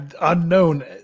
unknown